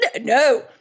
No